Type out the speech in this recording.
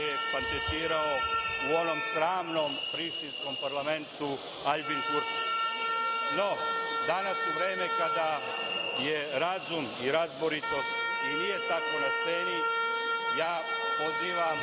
je patentirao u onom sramnom prištinskom parlamentu Aljbin Kurti.No, danas je vreme kada razum i razboritost i nije tako na ceni, ja pozivam